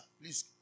please